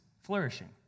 flourishing